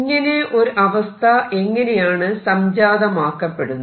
ഇങ്ങനെ ഒരു അവസ്ഥ എങ്ങനെയാണ് സംജാതമാക്കപ്പെടുന്നത്